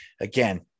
again